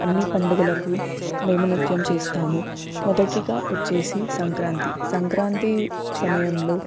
అన్ని పండుగలకూ మేము నృత్యం చేస్తాము మొదటిగా వచ్చేసి సంక్రాంతి సంక్రాంతి సమయంలో